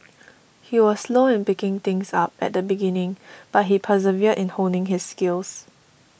he was slow in picking things up at the beginning but he persevered in honing his skills